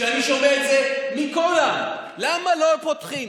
ואני שומע את זה מכולם: למה לא פותחים?